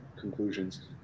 conclusions